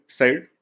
side